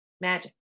magic